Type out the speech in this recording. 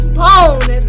bone